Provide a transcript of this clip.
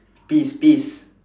peas peas